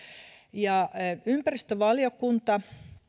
ympäristövaliokunta